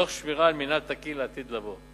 תוך שמירה על מינהל תקין לעתיד לבוא.